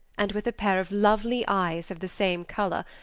and with a pair of lovely eyes of the same colour,